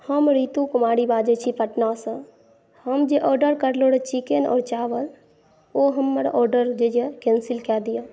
हम रितु कुमारी बाजै छी पटनासँ हम जे आर्डर करलहुॅं रहा चिकेन और चावल ओ हमर आर्डर जे यऽ कैंसिल कऽ दिअ